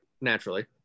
naturally